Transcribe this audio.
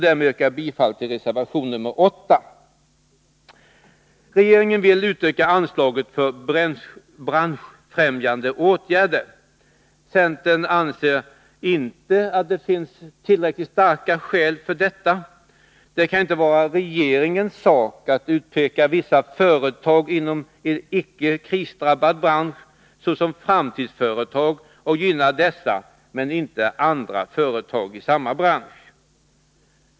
Därmed yrkar jag bifall till reservation 8. Regeringen vill utöka anslaget till branschfrämjande åtgärder. Centern anser inte att det finns tillräckligt starka skäl för detta. Det kan inte vara regeringens sak att utpeka vissa företag inom en icke-krisdrabbad bransch som framtidsföretag och gynna dessa men inte andra företag i branschen.